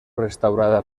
restaurada